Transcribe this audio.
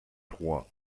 trois